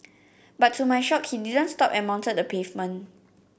but to my shock he didn't stop and mounted the pavement